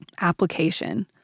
application